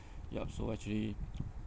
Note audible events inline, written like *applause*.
yup so actually *noise*